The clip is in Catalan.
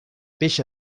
peix